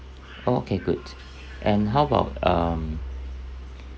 oh okay good and how about um